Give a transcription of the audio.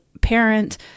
parent